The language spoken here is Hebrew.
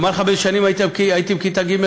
לומר לך באיזה שנים הייתי בכיתה ג',